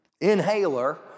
inhaler